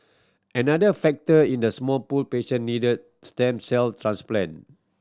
another factor in the small pool patient need stem cell transplant